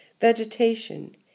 vegetation